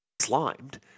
slimed